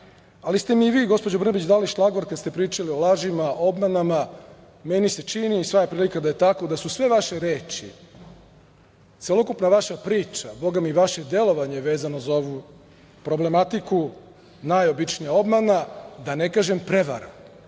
ali ste mi i vi gospođo Brnabić dali šlagvort kada ste pričali o lažima, obmanama. Meni se čini i sva je prilika da je tako, da su sve vaše reči, celokupna vaša priča, bogami i vaše delovanje vezano za ovu problematiku najobičnija obmana, da ne kažem prevara.I